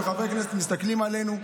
וחברי כנסת מסתכלים עלינו,